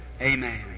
Amen